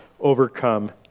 overcome